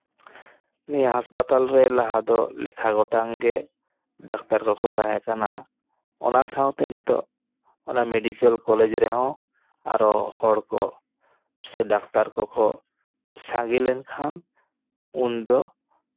ᱱᱤᱭᱟᱹ ᱦᱟᱥᱯᱟᱛᱟᱞ ᱨᱮ ᱞᱟᱦᱟ ᱫᱚ ᱞᱮᱠᱷᱟ ᱜᱚᱴᱟᱝ ᱜᱮ ᱰᱟᱠᱛᱟᱨ ᱠᱚᱠᱚ ᱛᱟᱦᱮᱸ ᱠᱟᱱᱟ ᱚᱱᱟ ᱥᱟᱶᱛᱮ ᱱᱤᱛᱚᱜ ᱚᱱᱟ ᱢᱮᱰᱤᱠᱮᱞ ᱠᱚᱞᱮᱡᱽ ᱨᱮᱦᱚᱸ ᱟᱨᱚ ᱦᱚᱲᱠᱚ ᱥᱮ ᱰᱟᱠᱛᱟᱨ ᱠᱚᱠᱚ ᱥᱟᱝᱜᱮ ᱞᱮᱱᱠᱷᱟᱱ ᱩᱱ ᱫᱚ